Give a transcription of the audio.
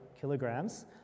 kilograms